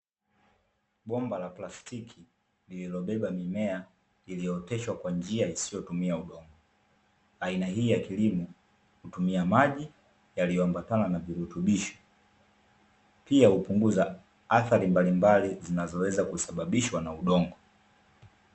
Bomba la plastiki lililobeba mimea iliyooteshwa kwa njia isiyotumia udongo, aina hii ya killimo hutumia maji yaliyo ambatana na virutubisho. Pia hupunguza athari mbalimbali, zinazoweza kusababishwa na udongo.